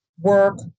work